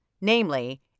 namely